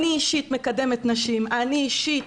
אני אישית מקדמת נשים, אני אישית